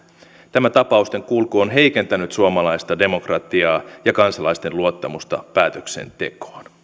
tämä tapausten kulku on heikentänyt suomalaista demokratiaa ja kansalaisten luottamusta päätöksentekoon